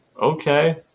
okay